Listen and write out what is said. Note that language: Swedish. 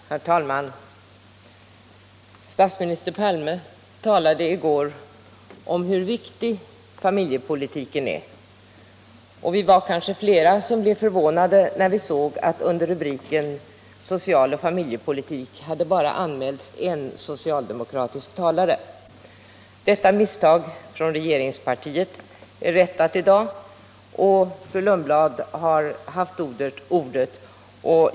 Herr talman! Statsminister Palme talade i går om hur viktig familjepolitiken är, och vi var kanske flera som blev förvånade när vi såg att under rubriken Social och familjepolitik m.m. hade anmälts bara en socialdemokratisk talare. Detta misstag från regeringspartiet är rättat i dag, och fru Lundblad har haft ordet.